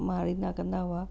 मारींदा कंदा हुआ